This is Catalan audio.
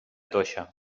toixa